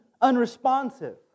unresponsive